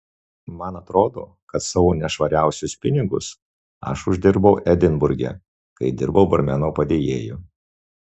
man atrodo kad savo nešvariausius pinigus aš uždirbau edinburge kai dirbau barmeno padėjėju